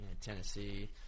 Tennessee